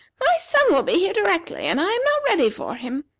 my son will be here directly, and i am not ready for him.